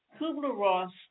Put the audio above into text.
Kubler-Ross